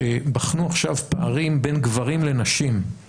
בחנו עכשיו פערי שכר בין גברים לנשים,